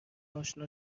اشنا